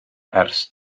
ers